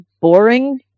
boring